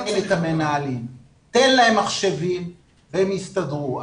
תן להם מחשבים והם יסתדרו.